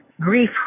grief